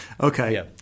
Okay